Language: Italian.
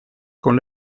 con